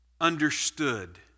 understood